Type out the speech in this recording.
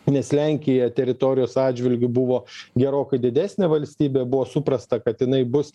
nes lenkija teritorijos atžvilgiu buvo gerokai didesnė valstybė buvo suprasta kad jinai bus